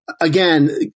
Again